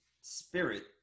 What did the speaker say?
spirit